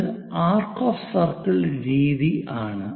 ഇത് arc of circle രീതിയാണ്